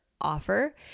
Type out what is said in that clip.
offer